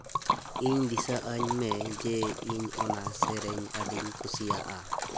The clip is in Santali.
ᱤᱧ ᱫᱤᱥᱟᱹ ᱟᱹᱧ ᱢᱮ ᱡᱮ ᱤᱧ ᱚᱱᱟ ᱥᱮᱨᱮᱧ ᱟᱹᱰᱤᱧ ᱠᱩᱥᱤᱭᱟᱜᱼᱟ